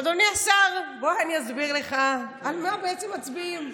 אדוני השר, בוא אני אסביר לך על מה בעצם מצביעים.